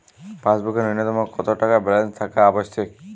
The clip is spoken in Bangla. পাসবুকে ন্যুনতম কত টাকা ব্যালেন্স থাকা আবশ্যিক?